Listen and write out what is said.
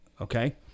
Okay